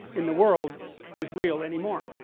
in the world is real anymore